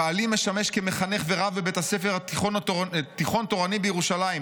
'בעלי משמש כמחנך ורב בבית ספר תיכון תורני בירושלים,